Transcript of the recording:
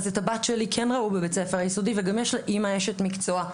אז את הבת שלי כן ראו בבית הספר היסודי וגם עם אשת מקצוע,